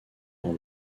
dans